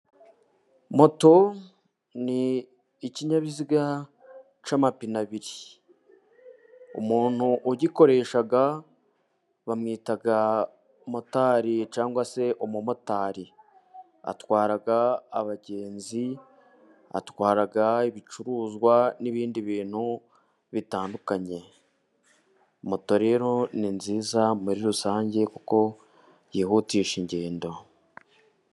Moto ni ikinyabiziga cy'amapine abiri. Umuntu ugikoresha bamwita motari cyangwa se umumotari. Atwara abagenzi, atwara ibicuruzwa n'ibindi bintu bitandukanye. Moto rero ni nziza muri rusange kuko yihutisha ingendo.